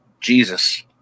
Jesus